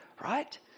right